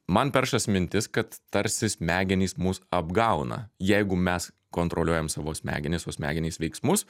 man peršas mintis kad tarsi smegenys mus apgauna jeigu mes kontroliuojam savo smegenis o smegenys veiksmus